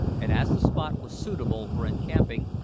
and as the spot was suitable for encamping,